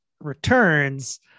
returns